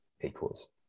equals